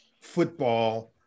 football